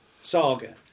saga